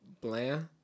bland